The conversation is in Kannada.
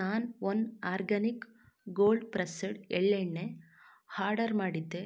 ನಾನು ಒನ್ ಆರ್ಗಾನಿಕ್ ಗೋಲ್ಡ್ ಪ್ರೆಸ್ಸಡ್ ಎಳ್ಳೆಣ್ಣೆ ಆರ್ಡರ್ ಮಾಡಿದ್ದೆ